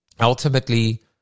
Ultimately